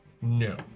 no